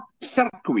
circuit